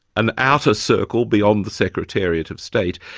an outer circle beyond the secretariat of state.